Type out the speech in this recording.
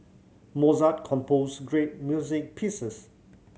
Mozart composed great music pieces